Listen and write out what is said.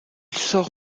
sort